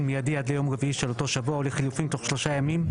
מיידי עד ליום רביעי של אותו שבוע או לחילופין תוך שלושה ימים,